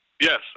Yes